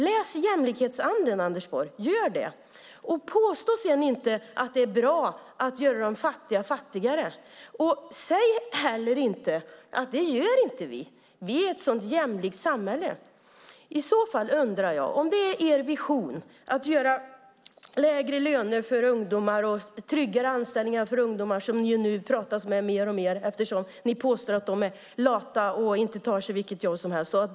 Läs Jämlikhetsanden , Anders Borg, gör det! Påstå sedan inte att det är bra att göra de fattiga fattigare och säg inte heller: Vi gör inte det, vi är ett så jämlikt samhälle. Det pratas mer och mer om lägre löner för ungdomar och tryggare anställningar för ungdomar eftersom de, som ni påstår, är lata och inte tar vilket jobb som helst.